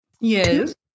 Yes